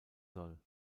soll